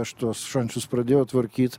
aš tuos šančius pradėjau tvarkyt